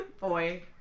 Boy